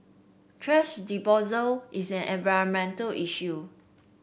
thrash disposal is an environmental issue